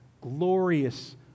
glorious